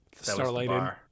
starlight